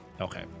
Okay